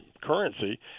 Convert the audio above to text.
currency